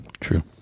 True